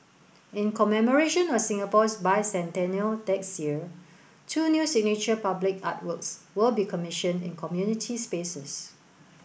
in commemoration of Singapore's Bicentennial next year two new signature public artworks will be commissioned in community spaces